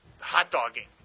hot-dogging